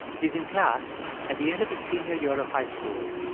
he's in class at the end of his senior year of high school,